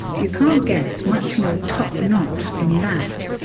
you can't get much more top-notch than that.